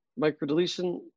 microdeletion